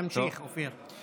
תמשיך, אופיר.